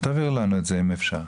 תעבירו לנו אם אפשר.